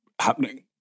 happening